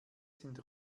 sind